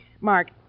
Mark